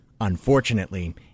Unfortunately